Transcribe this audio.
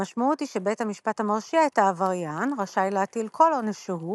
המשמעות היא שבית המשפט המרשיע את העבריין רשאי להטיל כל עונש שהוא,